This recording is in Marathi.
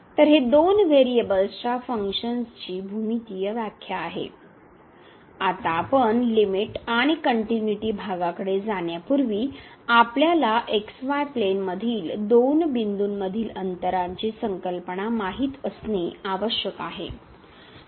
तर हे दोन व्हेरिएबल्सच्या फंक्शन्सची भूमितीय व्याख्या आहे आता आपण लिमिट आणि कनट्युनिटी भागाकडे जाण्यापूर्वी आपल्याला x y प्लेनमधील दोन बिंदूंमधील अंतरांची संकल्पना माहित असणे आवश्यक आहे